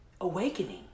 awakening